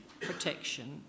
protection